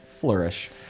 flourish